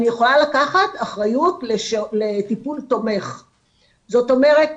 אני יכולה לקחת אחריות לטיפול תומך זאת אומרת,